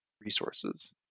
resources